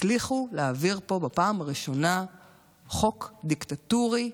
הצליחו להעביר פה בפעם הראשונה חוק דיקטטורי,